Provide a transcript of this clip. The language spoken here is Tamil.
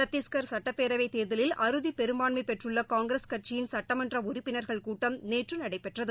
சத்தீஸ்கர் சுட்டப்பேரவைத் தேர்தலில் அறுதிப்பெரும்பான்மைபெற்றுள்ளகாங்கிரஸ் கட்சியின் சட்டமன்றஉறுப்பினர்கள் கூட்டம் நேற்றுநடைபெற்றது